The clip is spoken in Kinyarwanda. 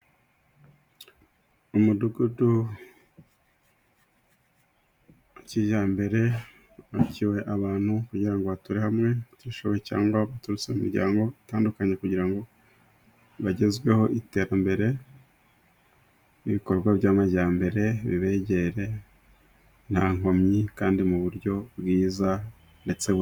Umudugudu wa kijyambere wubakiwe abantu, kugira ngo bature hamwe, batishoboye cyangwa baturutse mu miryango itandukanye kugira ngo bagezweho iterambere n'ibikorwa by'amajyambere bibegere nta nkomyi kandi mu buryo bwiza, ndetse...